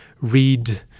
read